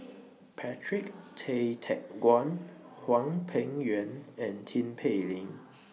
Patrick Tay Teck Guan Hwang Peng Yuan and Tin Pei Ling